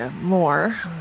more